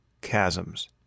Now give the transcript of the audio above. chasms